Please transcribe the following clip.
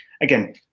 again